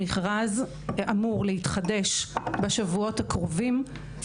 המכרז אמור להתחדש בשבועות הקרובים.